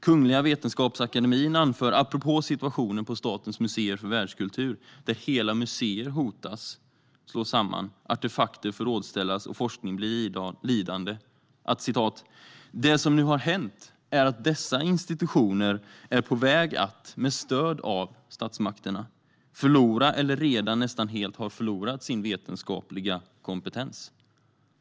Kungliga Vetenskapsakademien anför - apropå situationen på Statens museer för världskultur, där museer hotas slås samman, artefakter riskerar att förrådsställas och forskning riskerar att bli lidande - att: Det som nu har hänt är att dessa institutioner är på väg att, med stöd av statsmakterna, förlora eller redan nästan helt har förlorat sin vetenskapliga kompetens.